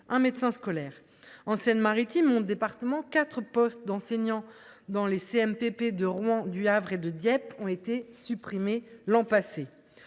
un médecin scolaire. En Seine Maritime, département dont je suis l’élue, quatre postes d’enseignants dans les CMPP de Rouen, du Havre et à Dieppe ont été supprimés l’an passé.